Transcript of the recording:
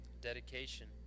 dedication